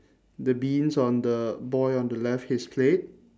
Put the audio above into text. the beans on the boy on the left his play